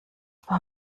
war